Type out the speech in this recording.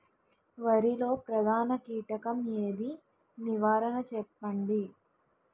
వరిలో ప్రధాన కీటకం ఏది? నివారణ చెప్పండి?